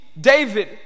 David